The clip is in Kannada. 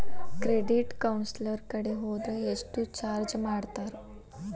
ಕ್ರೆಡಿಟ್ ಕೌನ್ಸಲರ್ ಕಡೆ ಹೊದ್ರ ಯೆಷ್ಟ್ ಚಾರ್ಜ್ ಮಾಡ್ತಾರ?